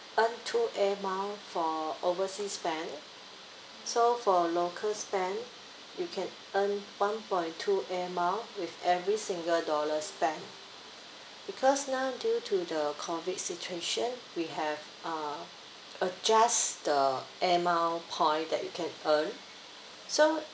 earn two air mile for oversea spend so for local spend you can earn one point two air mile with every single dollar spent because now due to the COVID situation we have uh adjust the air mile point that you can earn so